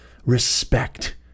Respect